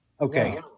okay